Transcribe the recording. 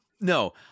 No